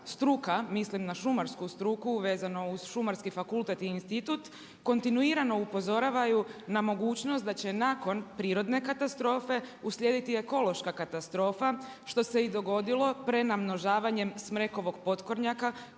struka, mislim na šumarsku struku vezano uz Šumarski fakultet i institut, kontinuirano upozoravaju na mogućnost da će nakon prirodne katastrofe uslijediti ekološka katastrofa što se i dogodilo prenamnožavanjem smrekovog potkornjaka